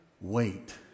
wait